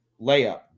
Layup